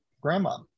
grandma